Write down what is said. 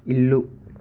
ఇల్లు